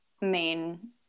main